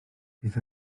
bydd